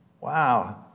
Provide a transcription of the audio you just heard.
Wow